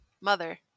mother